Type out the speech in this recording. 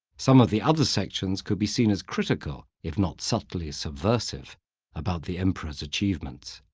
some of the other sections could be seen as critical, if not subtly subversive about the emperor's achievements.